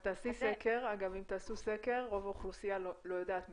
אם תעשו סקר רוב האוכלוסייה לא יודעת מזה.